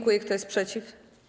Kto jest przeciw?